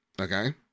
Okay